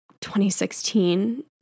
2016